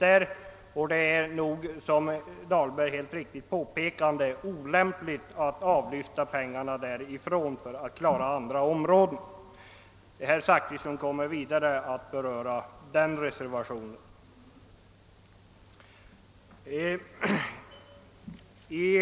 Som herr Dahlgren påpekade är det olämpligt att överföra medel från ett anslag för att klara andra områden. Herr Zachrisson kommer närmare att beröra reservationen 2 b.